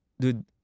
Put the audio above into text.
dude